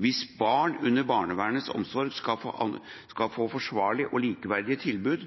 Hvis barn under barnevernets omsorg skal få forsvarlige og likeverdige tilbud,